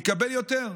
יקבל יותר.